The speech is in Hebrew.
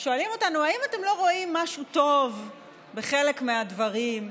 האם אתם לא רואים משהו טוב בחלק מהדברים?